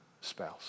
spouse